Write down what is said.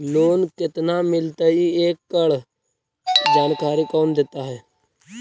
Loan केत्ना मिलतई एकड़ जानकारी कौन देता है?